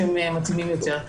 שהם מתאימים יותר.